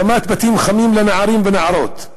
הקמת "בית חם" לנערים ונערות,